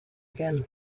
again